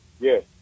Yes